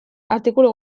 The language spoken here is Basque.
artikulu